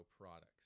products